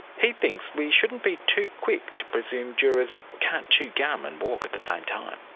he thinks we shouldn't be too quick to presume jurors cannot chew gum and walk at the same time.